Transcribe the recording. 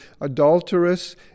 adulterous